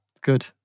good